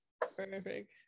Perfect